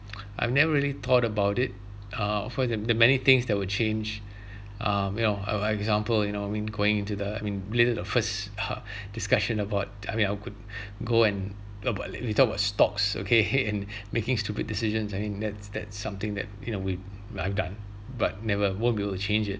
I've never really thought about it uh for the the many things that would change uh you know our example you know I mean going into the I mean related to the first part discussion about I mean I could go and about we we talk about stocks okay eh and making stupid decisions I mean that's that's something that in a way that I've done but never will be able to change it